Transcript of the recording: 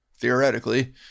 theoretically